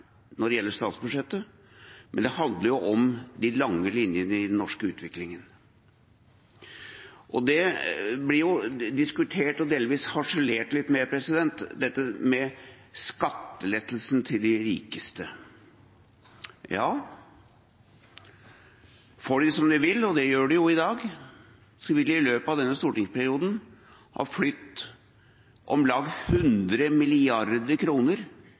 når det gjelder statsbudsjettet, og det handler om de lange linjene i den norske utviklingen. Det blir diskutert, og delvis harselert litt med, dette med skattelettelsen til de rikeste. Ja, får de det som de vil, og det gjør de jo i dag, vil de i løpet av denne stortingsperioden ha flyttet om lag 100